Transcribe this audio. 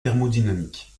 thermodynamique